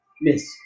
miss